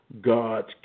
God's